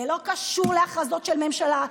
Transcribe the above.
זה לא קשור להכרזות של הממשלה,